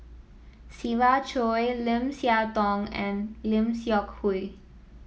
Siva Choy Lim Siah Tong and Lim Seok Hui